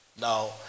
Now